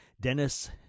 Dennis